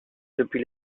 depuis